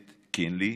את קינלי,